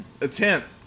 attempt